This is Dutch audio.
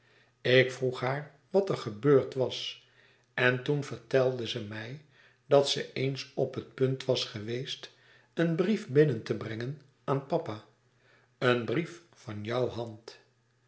ik vroeg haar wat er gebeurd was en toen vertelde ze mij dat ze eens op het punt was geweest een brief binnen te brengen aan papa een brief van jouw hand